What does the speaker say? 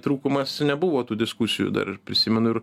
trūkumas nebuvo tų diskusijų dar prisimenu ir